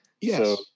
Yes